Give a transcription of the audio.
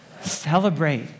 Celebrate